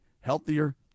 healthier